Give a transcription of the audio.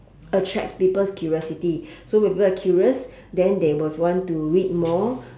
attracts people's curiosity so when people are curious then they will want to read more